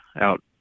out